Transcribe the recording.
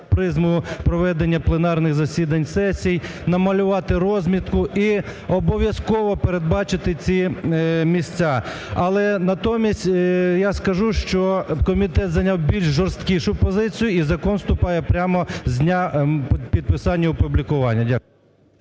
призму проведення пленарних засідань сесій, намалювати розмітку і обов'язково передбачити ці місця. Але натомість, я скажу, що комітет зайняв більш жорсткішу позицію, і закон вступає прямо з дня підписання, опублікування. Дякую.